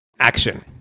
action